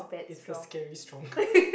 it's the scary strong